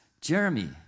Jeremy